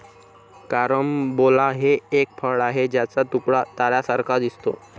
carambola हे एक फळ आहे ज्याचा तुकडा ताऱ्यांसारखा दिसतो